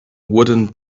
wooden